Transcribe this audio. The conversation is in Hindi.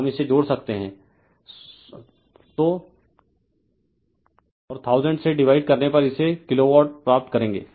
हम इसे जोड़ सकते हैं 1000 से डिवाइड करने पर इसे किलोवाट प्राप्त करेंगे